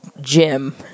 Jim